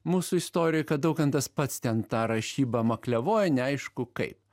mūsų istorijoj kad daukantas pats ten tą rašybą maklevojo neaišku kaip